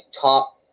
top